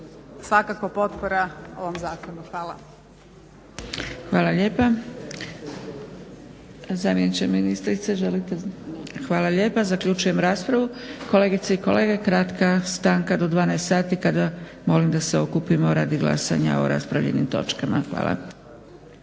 Svakako potpora ovom zakonu. Hvala. **Zgrebec, Dragica (SDP)** Hvala lijepa. Zamjeniče ministrice želite li? Hvala lijepa. Zaključujem raspravu. Kolegice i kolege, kratka stanka do 12,00 sati kada molim da se okupimo radi glasanja o raspravljenim točkama. Hvala.